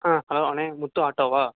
ஆ hello அண்ணே முத்து ஆட்டோவா